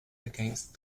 against